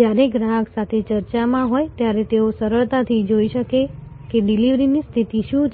જ્યારે ગ્રાહક સાથે ચર્ચામાં હોય ત્યારે તેઓ સરળતાથી જોઈ શકે કે ડિલિવરીની સ્થિતિ શું છે